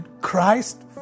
Christ